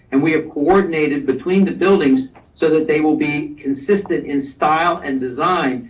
and we have coordinated between the buildings so that they will be consistent in style and design.